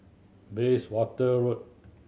Bayswater Road